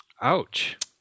Ouch